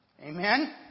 Amen